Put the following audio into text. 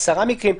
עשרה מקרים.